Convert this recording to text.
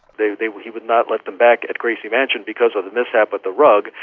they they would he would not let them back at gracie mansion, because of the mishap at the rug.